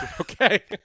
Okay